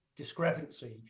Discrepancy